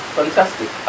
fantastic